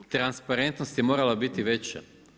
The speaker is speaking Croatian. Transparentnost je morala biti veća.